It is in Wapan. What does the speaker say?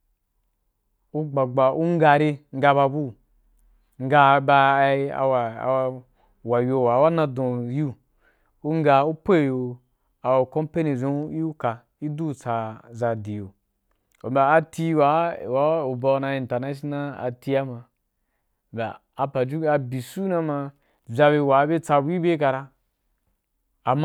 U gba gba u nga de u nga ba bu nga hadda a wa yo wa na dun yi u nga u poi yo a company dzun gi ù u ka i du tsa za di, u mbya a ti wa u ba’u dan internal ati a ma mbya a pajukun a byi su na ma vya bye wa bye tsabu gi bye ka ra a mma.